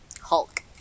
Hulk